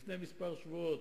לפני כמה שבועות